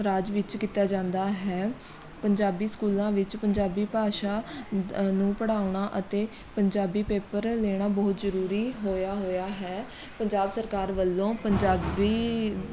ਰਾਜ ਵਿੱਚ ਕੀਤਾ ਜਾਂਦਾ ਹੈ ਪੰਜਾਬੀ ਸਕੂਲਾਂ ਵਿੱਚ ਪੰਜਾਬੀ ਭਾਸ਼ਾ ਨੂੰ ਪੜ੍ਹਾਉਣਾ ਅਤੇ ਪੰਜਾਬੀ ਪੇਪਰ ਲੈਣਾ ਬਹੁਤ ਜ਼ਰੂਰੀ ਹੋਇਆ ਹੋਇਆ ਹੈ ਪੰਜਾਬ ਸਰਕਾਰ ਵੱਲੋਂ ਪੰਜਾਬੀ